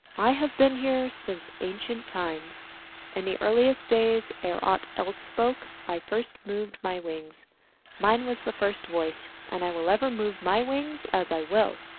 i have been here since ancient times in the earliest days, ere aught else spoke, i first moved my wings mine was the first voice, and i will ever move my wings as i will.